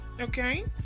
Okay